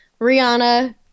Rihanna